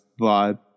vibe